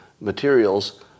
materials